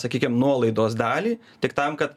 sakykim nuolaidos dalį tik tam kad